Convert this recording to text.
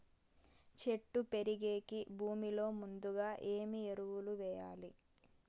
చెట్టు పెరిగేకి భూమిలో ముందుగా ఏమి ఎరువులు వేయాలి?